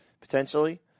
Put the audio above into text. potentially